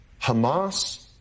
Hamas